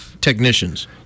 technicians